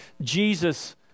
Jesus